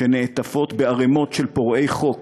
שנעטפות בערמות של פורעי חוק